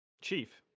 Chief